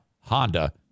Honda